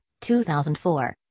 2004